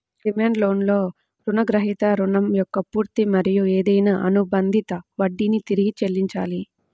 demand లోన్లో రుణగ్రహీత రుణం యొక్క పూర్తి మరియు ఏదైనా అనుబంధిత వడ్డీని తిరిగి చెల్లించాలి